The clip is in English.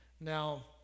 now